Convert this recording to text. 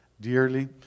dearly